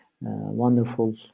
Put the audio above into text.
wonderful